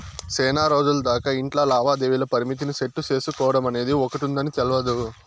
సేనారోజులు దాకా ఇట్లా లావాదేవీల పరిమితిని సెట్టు సేసుకోడమనేది ఒకటుందని తెల్వదు